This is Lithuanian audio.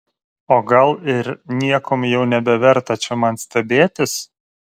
o gal ir niekuom jau nebeverta čia man stebėtis